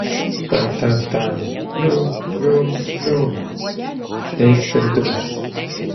ta ta ta pliumpt pliumpt pliumpt taip ir dunksi